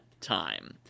time